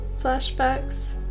flashbacks